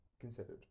considered